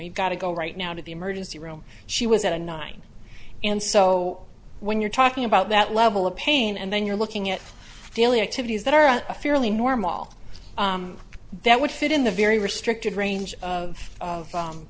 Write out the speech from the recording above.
you've got to go right now to the emergency room she was at a nine and so when you're talking about that level of pain and then you're looking at daily activities that are at a fairly normal that would fit in the very restricted range of